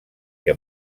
que